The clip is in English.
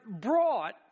brought